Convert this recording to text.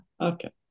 Okay